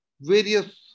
various